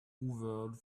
hoovered